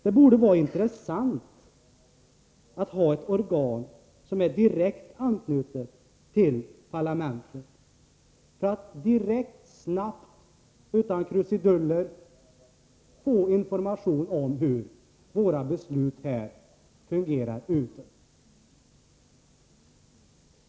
Det borde vara intressant att ha ett organ som är direkt knutet till parlamentet. Genom den delegationen skulle vi direkt, snabbt och utan krusiduller kunna få information om hur våra beslut fungerar utåt.